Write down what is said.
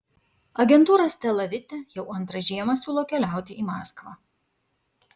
agentūra stela vite jau antrą žiemą siūlo keliauti į maskvą